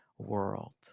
world